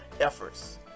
efforts